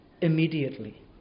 immediately